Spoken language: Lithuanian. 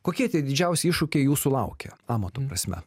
kokie tie didžiausi iššūkiai jūsų laukia amato prasme